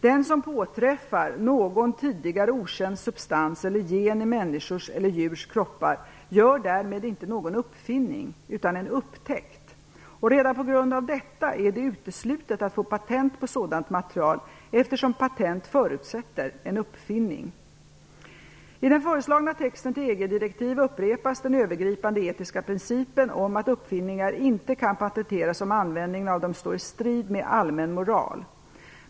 Den som påträffar någon tidigare okänd substans eller gen i människors eller djurs kroppar gör därmed inte någon uppfinning utan en upptäckt. Redan på grund av detta är det uteslutet att få patent på sådant material, eftersom patent förutsätter en uppfinning. I den föreslagna texten till EG-direktiv upprepas den övergripande etiska principen om att uppfinningar inte kan patenteras om användningen av dem står i strid med allmän moral.